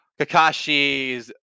Kakashi's